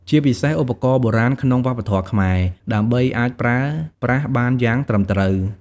ជាពិសេស ឧបករណ៍បុរាណក្នុងវប្បធម៌ខ្មែរ ដើម្បីអាចប្រើប្រាស់បានយ៉ាងត្រឹមត្រូវ។